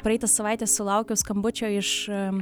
praeitą savaitę sulaukiau skambučio iš